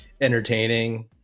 entertaining